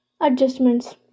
Adjustments